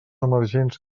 emergents